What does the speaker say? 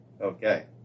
Okay